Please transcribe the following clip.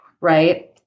Right